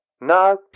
No